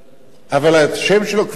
אבל השם שלו כבר פורסם.